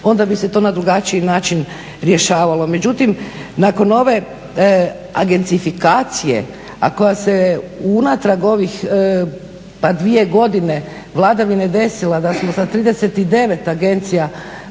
onda bi se to na drugačiji način rješavalo. Međutim, nakon ove agencifikacije a koja se unatrag pa dvije godine vladavine desila, da smo sa 39 agencija